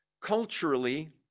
culturally